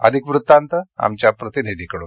अधिक वृत्तांत आमच्या प्रतिनिधीकडून